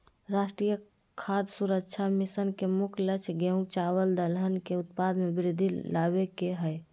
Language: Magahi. राष्ट्रीय खाद्य सुरक्षा मिशन के मुख्य लक्ष्य गेंहू, चावल दलहन के उत्पाद में वृद्धि लाबे के हइ